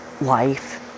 life